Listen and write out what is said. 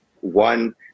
one